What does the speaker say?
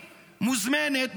מוזמנת,